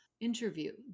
interview